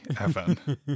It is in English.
Evan